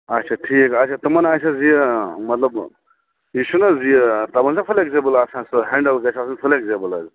اچھا ٹھیٖک اچھا تِمَن آسہِ حظ یہِ مطلب یہِ چھِنہٕ حظ یہِ تِمَن چھِنہ فٕلیٚکزِبٕل آسان سُہ ہٮ۪نڈَل گژھِ آسٕنۍ فٕلیٚکزِبٕل حظ